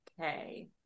Okay